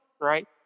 right